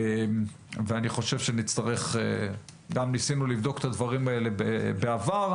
ואני חושב שנצטרך גם ניסינו לבדוק את הדברים האלה בעבר,